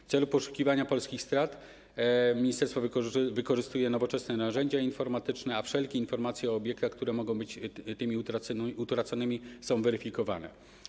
W celu poszukiwania polskich strat ministerstwo wykorzystuje nowoczesne narzędzia informatyczne, a wszelkie informacje o obiektach, które mogą być tymi utraconymi, są weryfikowane.